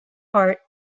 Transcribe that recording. heart